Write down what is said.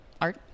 art